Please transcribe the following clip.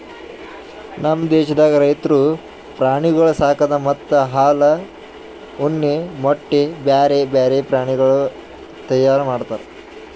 ನಮ್ ದೇಶದಾಗ್ ರೈತುರು ಪ್ರಾಣಿಗೊಳ್ ಸಾಕದ್ ಮತ್ತ ಹಾಲ, ಉಣ್ಣೆ, ಮೊಟ್ಟೆ, ಬ್ಯಾರೆ ಬ್ಯಾರೆ ಪ್ರಾಣಿಗೊಳ್ ತೈಯಾರ್ ಮಾಡ್ತಾರ್